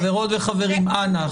חברות וחברים, אנא.